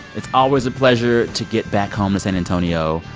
it's always a pleasure to get back home to san antonio.